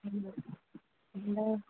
എന്ത് എന്തേ